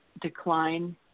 decline